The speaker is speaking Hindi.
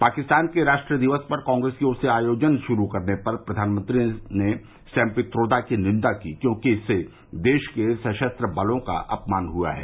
पाकिस्तान के राष्ट्र दिवस पर कांग्रेस की ओर से आयोजन श्रू करने पर प्रधानमंत्री ने सैम पित्रोदा की निंदा की क्योंकि इससे देश के सशस्त्र बलों का अपमान हुआ है